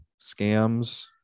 scams